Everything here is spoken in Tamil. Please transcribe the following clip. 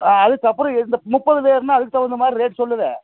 ஆ அதுக்கப்புறம் எந்த முப்பது பேர்ன்னா அதுக்கு தகுந்த மாதிரி ரேட் சொல்லுவேன்